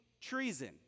treason